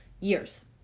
years